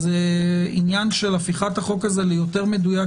הן עניין של הפיכת החוק הזה ליותר מדויק,